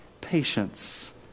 patience